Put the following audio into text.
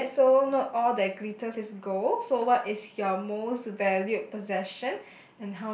alright so not all that glitters is gold so what is your most valued possession